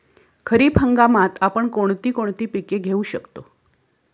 खरीप हंगामात आपण कोणती कोणती पीक घेऊ शकतो?